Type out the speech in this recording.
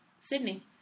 Sydney